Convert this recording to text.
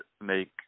make